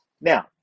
Now